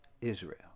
Israel